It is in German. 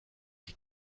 die